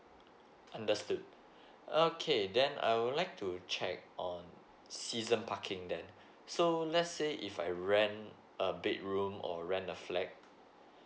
understood okay then I would like to check on season parking than so let's say if I rent a bedroom or rent a flat